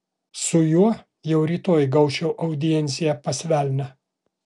su juo jau rytoj gaučiau audienciją pas velnią